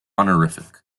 honorific